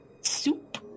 soup